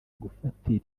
gufatira